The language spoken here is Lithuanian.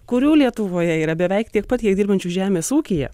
kurių lietuvoje yra beveik tiek pat kiek dirbančių žemės ūkyje